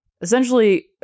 essentially